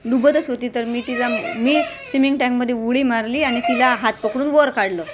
बुडतच होती तर मी तिला मी स्विमिंग टॅंक मध्ये उडी मारली आणि तिला हात पकडून वर काढलं